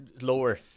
Lower